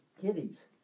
kitties